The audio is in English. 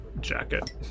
jacket